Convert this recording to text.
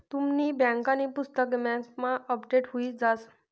तुमनी बँकांनी पुस्तक बँकमा अपडेट हुई जास